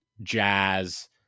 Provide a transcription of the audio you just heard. Jazz